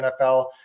NFL